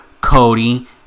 Cody